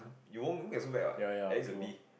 you won't get so bad what at least a B